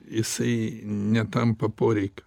jisai netampa poreikiu